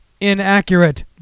Inaccurate